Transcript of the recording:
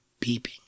beeping